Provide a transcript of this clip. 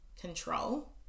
control